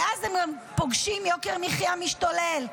ואז הם פוגשים יוקר מחיה משתולל,